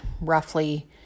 roughly